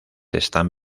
están